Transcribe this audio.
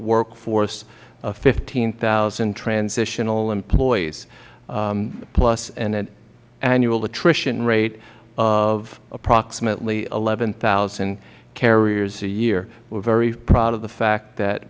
work force of fifteen thousand transitional employees plus an annual attrition rate of approximately eleven thousand carriers a year we are very proud of the fact that